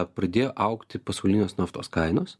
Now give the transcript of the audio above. pradėjo augti pasaulinės naftos kainos